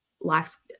life's